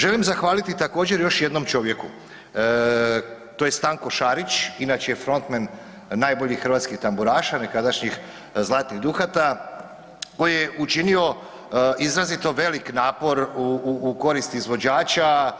Želim zahvaliti također još jednom čovjeku, to je Stanko Šarić inače je frontmen „Najboljih hrvatskih tamburaša“ nekadašnjih „Zlatnih dukata“ koji je učinio izrazito velik napor u korist izvođača,